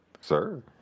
Sir